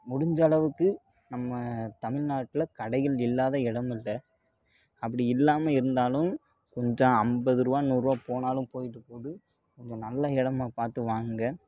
முடிஞ்ச அளவுக்கு நம்ம தமிழ்நாட்ல கடைகள் இல்லாத இடம் இல்லை அப்படி இல்லாமல் இருந்தாலும் கொஞ்சம் ஐம்பதுருவா நூறுபா போனாலும் போய்ட்டு போகுது கொஞ்சம் நல்ல இடமா பார்த்து வாங்குங்கள்